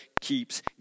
keeps